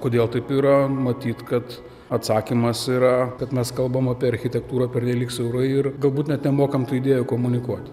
kodėl taip yra matyt kad atsakymas yra kad mes kalbam apie architektūrą pernelyg siaurai ir galbūt net nemokam tų idėjų komunikuot